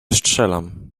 strzelam